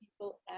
people